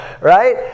right